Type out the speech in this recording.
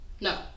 No